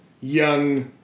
young